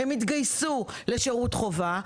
הן התגייסו לשירות חובה.